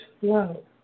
flow